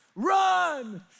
Run